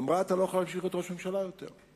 אמר: אתה לא יכול להמשיך להיות ראש ממשלה, בחירות,